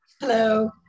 Hello